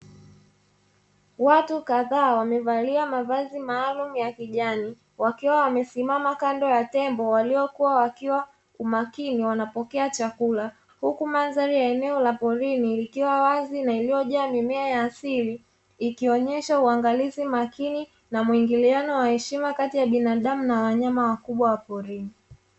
Watu kadhaa wamevalia mavazi maalum ya kijani wakiwa wamesimama kando ya tembo waliokuwa wakiwa umakini wanapokea chakula huku maanzari ya eneo la porini, likiwa wazi na iliyojaa mimea ya asili ikionyesha uangalizi makini na mwingiliano wa heshima kati ya binadamu na wanyama wakubwa wa porini.